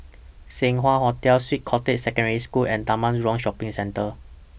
Seng Wah Hotel Swiss Cottage Secondary School and Taman Jurong Shopping Centre